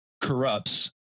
corrupts